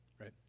right